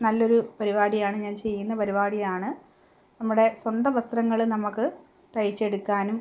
നല്ലൊരു പരിപാടിയാണ് ഞാൻ ചെയ്യുന്ന പരിപാടിയാണ് നമ്മുടെ സ്വന്തം വസ്ത്രങ്ങൾ നമുക്ക് തയ്ച്ചെടുക്കാനും